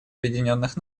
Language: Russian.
объединенных